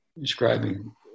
describing